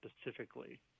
specifically